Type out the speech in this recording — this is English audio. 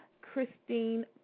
Christine